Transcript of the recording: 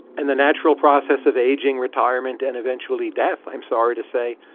and the natural process of aging, retirement and eventually death, i'm sorry to say,